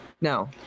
No